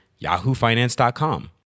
yahoofinance.com